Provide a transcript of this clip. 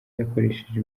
yakoresheje